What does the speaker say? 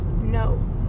no